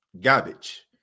garbage